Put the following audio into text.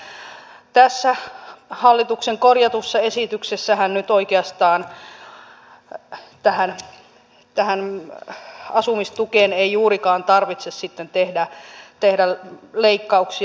mutta tässä hallituksen korjatussa esityksessähän nyt oikeastaan tähän asumistukeen ei juurikaan tarvitse sitten tehdä leikkauksia